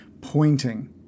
pointing